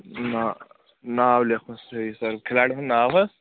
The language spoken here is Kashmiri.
نا ناو لَیکھُن صحیح سَر کھِلاڑِ ہُنٛد ناو حظ